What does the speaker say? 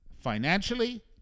financially